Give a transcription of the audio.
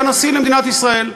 היה נשיא למדינת ישראל.